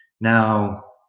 now